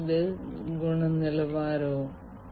അതിനാൽ IIoT വിന്യാസത്തിൽ വ്യത്യസ്ത വെല്ലുവിളികൾ ഉണ്ട്